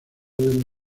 del